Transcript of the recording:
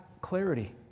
clarity